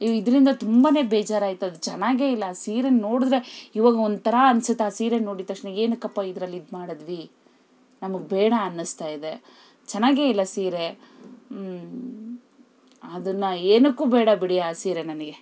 ಇದ್ರಿಂದ ತುಂಬನೇ ಬೇಜಾರಾಯಿತು ಅದು ಚೆನ್ನಾಗೆಯಿಲ್ಲ ಆ ಸೀರೆ ನೋಡಿದರೆ ಇವಾಗ ಒಂಥರ ಅನ್ನಿಸುತ್ತೆ ಆ ಸೀರೆ ನೋಡಿದ ತಕ್ಷಣ ಏನಕ್ಕಪ್ಪಾ ಇದ್ರಲ್ಲಿ ಇದು ಮಾಡಿದ್ವಿ ನಮ್ಗೆ ಬೇಡ ಅನ್ನಿಸ್ತಾಯಿದೆ ಚೆನ್ನಾಗೇ ಇಲ್ಲ ಸೀರೆ ಅದನ್ನು ಏತಕ್ಕೂ ಬೇಡ ಬಿಡಿ ಆ ಸೀರೆ ನನಗೆ